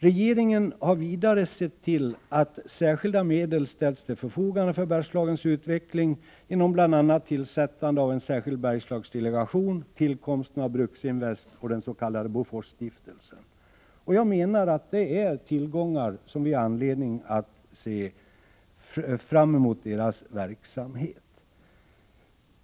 Regeringen har vidare sett till att särskilda medel ställts till förfogande för Bergslagens utveckling genom bl.a. tillsättande av en särskild Bergslagsdelegation, tillkomsten av Bruksinvest och den s.k. Boforsstiftelsen. Det menar jag är tillgångar som ger oss anledning att se fram mot deras verksamhet.